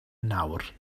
nawr